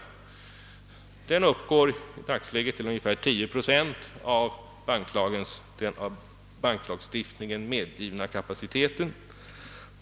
Utlåningen uppgår för mnärvarande till ungefär 10 procent av den i banklagstiftningen medgivna kapaciteten.